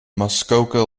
muskoka